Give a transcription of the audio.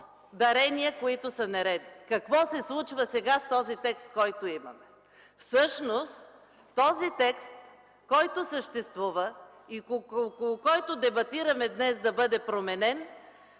дарения, които са нередни. Какво се случва сега с този текст, който имаме? Всъщност този текст, който съществува, около който дебатираме днес да бъде променен,